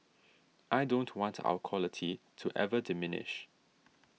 I don't want our quality to ever diminish